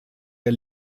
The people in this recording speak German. der